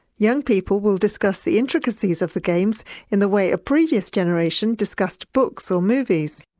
young people will discuss the intricacies of the games in the way a previous generation discussed books or movies.